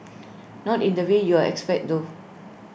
not in the way you're expect though